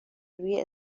روی